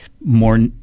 more